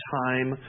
time